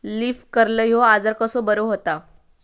Leaf curl ह्यो आजार कसो बरो व्हता?